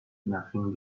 nothing